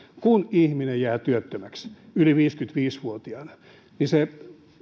kun ihminen jää työttömäksi yli viisikymmentäviisi vuotiaana niin se